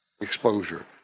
exposure